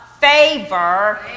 favor